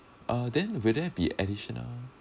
uh then will there be additional